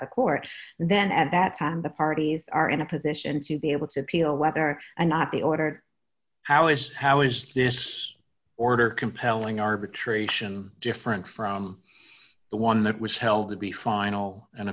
the court then at that time the parties are in a position to be able to appeal whether or not the order how is how is this order compelling arbitration different from the one that was held to be final an